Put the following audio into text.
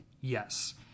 Yes